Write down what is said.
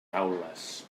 aules